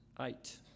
eight